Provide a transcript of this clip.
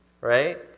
right